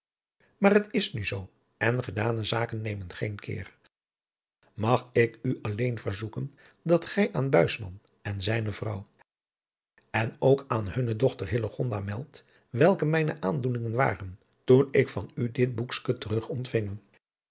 maar het is nu zoo en gedane zaken nemen geen keer mag ik u alleen verzoeken dat gij aan buisman en zijne vrouw en ook aan hunne dochter hillegonda meldt welke mijne aandoeningen waren toen ik van u dit boekske terug ontving